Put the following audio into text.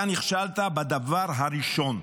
אתה נכשלת בדבר הראשון,